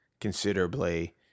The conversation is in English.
considerably